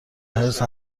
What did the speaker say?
حرص